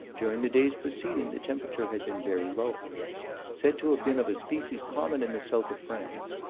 during the days preceding, the temperature had been very low said to have been of a species common in the south of france.